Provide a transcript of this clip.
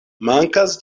mankas